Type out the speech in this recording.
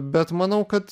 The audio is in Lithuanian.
bet manau kad